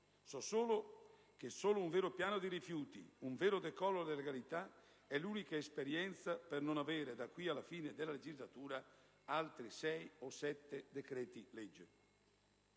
So solo che un vero piano dei rifiuti, un vero decollo della legalità è l'unica speranza per non avere, da qui alla fine della legislatura, altri sei o sette decreti-legge.